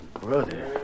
Brother